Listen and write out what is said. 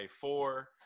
four